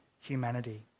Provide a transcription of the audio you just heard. humanity